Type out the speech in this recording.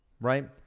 Right